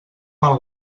mal